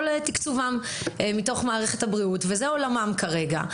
תקצובם מתוך מערכת הבריאות וזה עולמם כרגע.